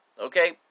okay